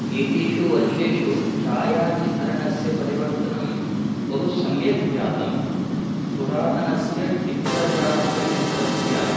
एतेषु वर्षेषु छायाचित्रणस्य परिवर्तनं बहु सम्यक् जातं पुरातनस्य चित्रग्राहकयन्त्रस्य